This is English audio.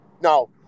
No